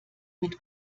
mit